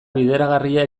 bideragarria